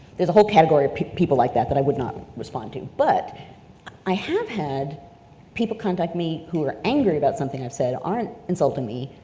there's a whole category of people like that that i would not respond to. but i have had people contact me who are angry about something i've said, aren't insulting me,